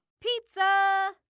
Pizza